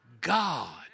God